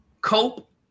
cope